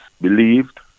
believed